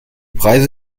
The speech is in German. preise